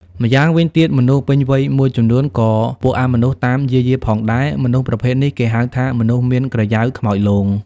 ម្យ៉ាងវិញទៀតមនុស្សពេញវ័យមួយចំនូនក៏ពួកអមនុស្សតាមយាយីផងដែរមនុស្សប្រភេទនេះគេហៅថាមនុស្សមានក្រយ៉ៅខ្មោចលង